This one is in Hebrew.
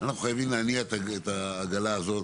אנחנו חייבים להניע את העגלה הזאת